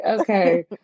Okay